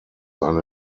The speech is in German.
eine